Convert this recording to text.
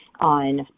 on